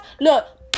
look